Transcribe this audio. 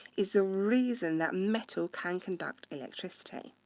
is the reason that metal can conduct electricity